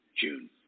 June